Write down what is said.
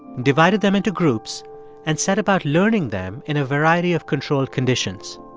divided them into groups and set about learning them in a variety of controlled conditions.